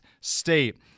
State